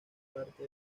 parte